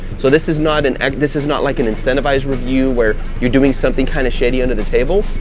so this is not an egg, this is not like an incentivize review where you're doing something kind of shady under the table,